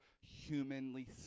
humanly